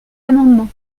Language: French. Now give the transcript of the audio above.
amendement